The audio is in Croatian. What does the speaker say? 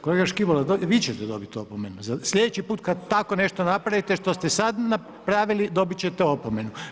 Kolega Škibola, vi ćete dobiti opomenu, sljedeći put kada tako nešto napravite što ste sad napravili dobiti ćete opomenu.